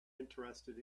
interested